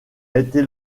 été